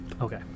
Okay